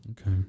okay